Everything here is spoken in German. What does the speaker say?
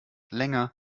länger